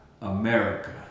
America